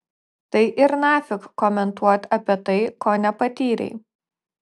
tai ir nafik komentuot apie tai ko nepatyrei